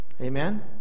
Amen